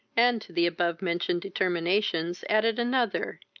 and to the above-mentioned determinations added another,